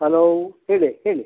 hello ಹೇಳಿ ಹೇಳಿ